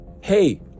Hey